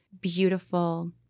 beautiful